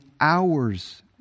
hours